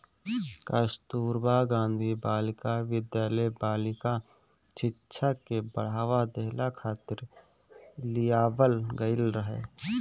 कस्तूरबा गांधी बालिका विद्यालय बालिका शिक्षा के बढ़ावा देहला खातिर लियावल गईल रहे